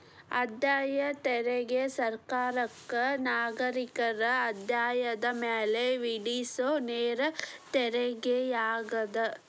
ಆದಾಯ ತೆರಿಗೆ ಸರ್ಕಾರಕ್ಕ ನಾಗರಿಕರ ಆದಾಯದ ಮ್ಯಾಲೆ ವಿಧಿಸೊ ನೇರ ತೆರಿಗೆಯಾಗ್ಯದ